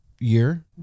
year